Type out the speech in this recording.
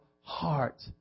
heart